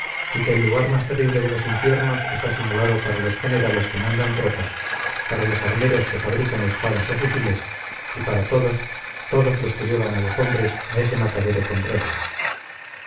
y que el lugar más terrible de los infiernos está señalado para los generales que mandan tropas para los armeros que fabrican espadas o fusiles y para todos todos los que llevan a los hombres a ese matadero con reglas